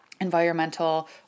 environmental